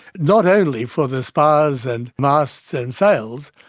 not only for the spars and masts and sails,